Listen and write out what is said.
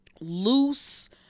loose